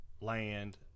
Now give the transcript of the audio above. land